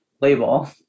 label